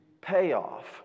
payoff